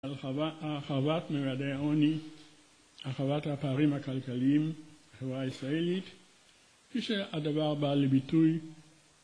הרחבת... הרחבת מימדי העוני, הרחבת הפערים הכלכליים בחברה הישראלית, כפי שהדבר בא לביטוי.